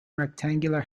rectangular